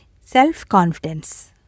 self-confidence